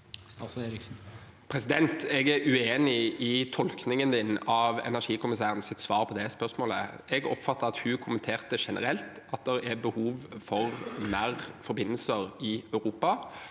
representantens tolkning av energikommissærens svar på det spørsmålet. Jeg oppfattet at hun kommenterte generelt at det er behov for flere forbindelser i Europa,